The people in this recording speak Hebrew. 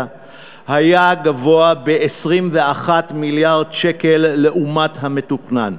היה גבוה ב-21 מיליארד שקל לעומת המתוכנן.